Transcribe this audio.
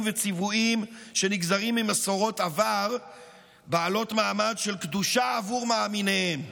וציוויים שנגזרים ממסורות עבר בעלות מעמד של קדושה עבור מאמיניהן.